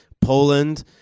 Poland